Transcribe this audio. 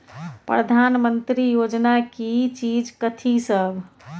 प्रधानमंत्री योजना की चीज कथि सब?